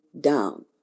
down